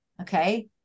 Okay